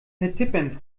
vertippern